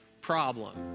problem